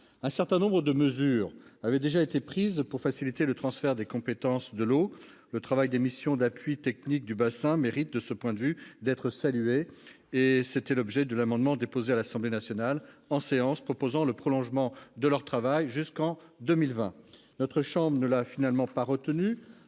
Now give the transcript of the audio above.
Un certain nombre de mesures avaient déjà été prises pour faciliter le transfert des compétences de l'eau. Le travail des missions d'appui technique de bassin mérite, de ce point de vue, d'être salué. D'ailleurs, un amendement déposé à l'Assemblée nationale, en séance publique, visait à prolonger ce travail jusqu'en 2020. Notre chambre n'a finalement pas retenu